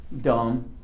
dumb